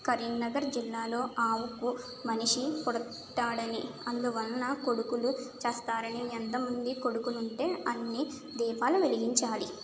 కరీంనగర్ జిల్లాలో ఆవుకు మనిషి పుట్టాడని అందువలన కొడుకులు చస్తారని ఎంతమంది కొడుకులు ఉంటే అన్ని దీపాలు వెలిగించాలి